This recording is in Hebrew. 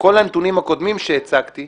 כל הנתונים הקודמים שהצגתי,